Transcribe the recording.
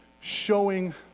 showing